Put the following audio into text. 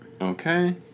Okay